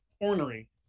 ornery